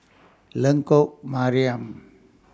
Lengkok Mariam